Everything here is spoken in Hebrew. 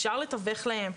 אפשר לתווך להם,